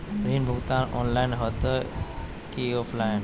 ऋण भुगतान ऑनलाइन होते की ऑफलाइन?